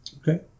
Okay